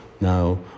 now